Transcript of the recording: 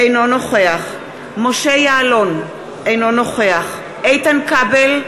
אינו נוכח משה יעלון, אינו נוכח איתן כבל,